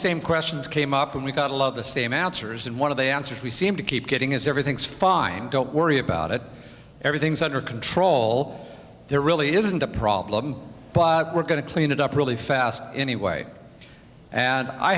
same questions came up and we got a lot of the same answers and one of the answers we seem to keep getting is everything's fine don't worry about it everything's under control there really isn't a problem we're going to clean it up really fast anyway and i